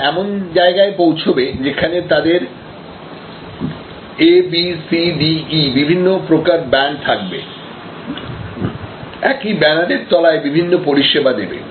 তারা এমন জায়গায় পৌঁছাবে যেখানে তাদের ABCDE বিভিন্ন প্রকার ব্র্যান্ড থাকবে একই ব্যানারের তলায় বিভিন্ন পরিষেবা দেবে